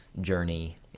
journey